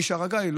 ומשער הגיא,